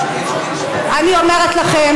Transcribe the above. אני אומרת לכם,